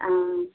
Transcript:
आं